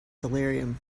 delirium